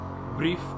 brief